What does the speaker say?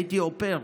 הייתי אופר,